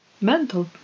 Mental